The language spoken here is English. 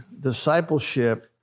discipleship